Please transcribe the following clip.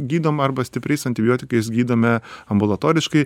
gydom arba stipriais antibiotikais gydome ambulatoriškai